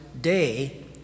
day